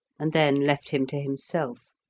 and then left him to himself.